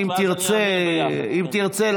אם תרצה,